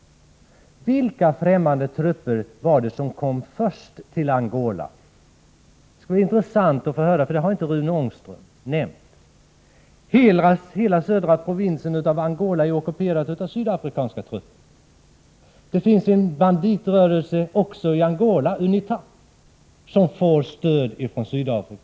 Vilka främmande trupper var det som kom först till Angola? Det skulle vara intressant att få höra det, eftersom Rune Ångström inte har nämnt det. Hela södra provinsen i Angola är ockuperad av sydafrikanska trupper. Det finns också en banditrörelse i Angola, UNITA, som får stöd från Sydafrika.